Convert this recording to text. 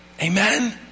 Amen